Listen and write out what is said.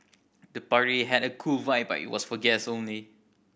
the party had a cool vibe but it was for guests only